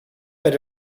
that